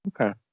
okay